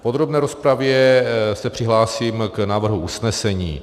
V podrobné rozpravě se přihlásím k návrhu usnesení.